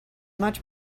much